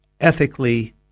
ethically